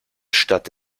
stadt